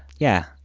yeah,